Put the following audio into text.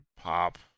pop